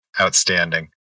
Outstanding